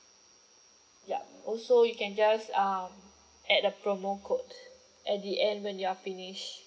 yup also you can just um add the promo code at the end when you are finished